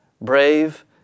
brave